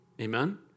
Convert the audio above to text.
Amen